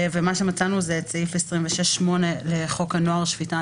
מצאנו את הסעיף 26(8) לחוק הנוער (שפיטה,